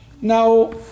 Now